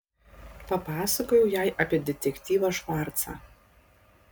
papasakojau jai apie detektyvą švarcą